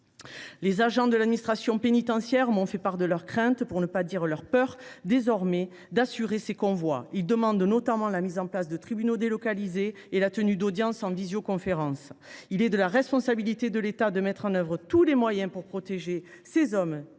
Les agents de l’administration pénitentiaire m’ont fait part de leurs craintes, pour ne pas dire de leurs peurs, désormais d’assurer ces convois. Ils demandent notamment la mise en place de tribunaux délocalisés et la tenue d’audience en visioconférence. Il est de la responsabilité de l’État de mettre en œuvre tous les moyens pour protéger ces hommes